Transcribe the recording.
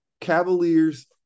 Cavaliers